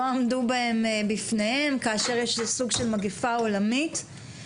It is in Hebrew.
עמדו בפניהם כאשר יש סוג של מגיפה עולמית.